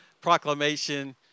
proclamation